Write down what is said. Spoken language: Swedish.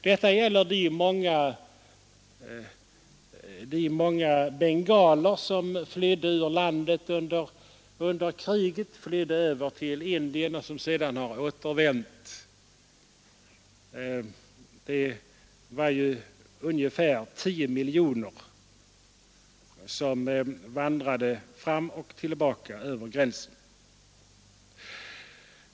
Detta gäller de många bengaler som under <riget flydde ur landet till Indien och som sedan har återvänt. Det var ju ungefär 10 miljoner som vandrade fram och tillbaka över gränsen.